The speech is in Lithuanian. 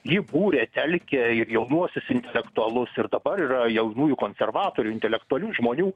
ji būrė telkė ir jaunuosius intelektualus ir dabar yra jaunųjų konservatorių intelektualių žmonių